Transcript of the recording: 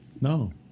No